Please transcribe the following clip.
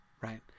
right